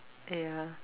ya